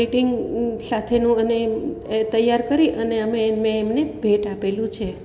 greeting સાથેનું અને તૈયાર કરી અને અમે એ મેં એમને ભેટ આપેલું છે